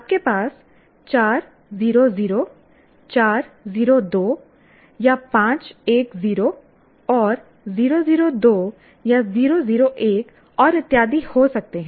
आपके पास 4 0 0 4 0 2 या 5 1 0 और 0 0 2 0 0 1 और इत्यादि हो सकते हैं